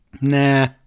Nah